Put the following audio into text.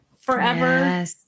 forever